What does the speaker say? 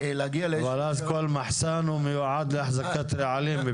אבל אז כל מחסן הוא מיועד להחזקת רעלים מבחינתך.